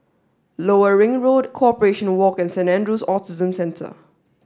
lower Ring Road Corporation Walk and Saint Andrew's Autism Center